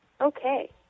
okay